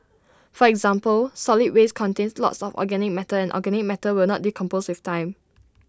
for example solid waste contains lots of organic matter and organic matter will not decompose with time